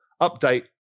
update